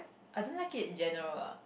I don't like it in general ah